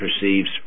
perceives